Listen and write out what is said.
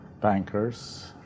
bankers